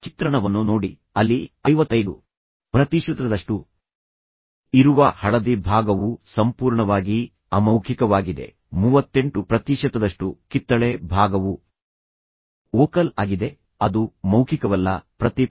ಚಿತ್ರಣವನ್ನು ನೋಡಿ ಅಲ್ಲಿ 55 ಪ್ರತಿಶತದಷ್ಟು ಇರುವ ಹಳದಿ ಭಾಗವು ಸಂಪೂರ್ಣವಾಗಿ ಅಮೌಖಿಕವಾಗಿದೆ 38 ಪ್ರತಿಶತದಷ್ಟು ಕಿತ್ತಳೆ ಭಾಗವು ಓಕಲ್ ಆಗಿದೆ ಅದು ಮೌಖಿಕವಲ್ಲ ಪ್ರತಿಫಲನ